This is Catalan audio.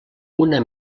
una